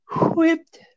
whipped